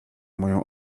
moją